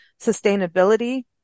sustainability